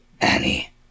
Annie